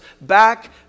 back